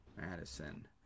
Madison